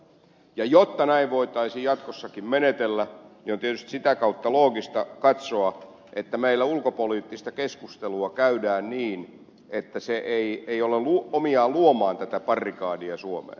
jotta näin voitaisiin jatkossakin menetellä on tietysti sitä kautta loogista katsoa että meillä ulkopoliittista keskustelua käydään niin että se ei ole omiaan luomaan tätä barrikadia suomeen